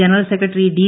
general secretary D